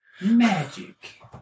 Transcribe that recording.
Magic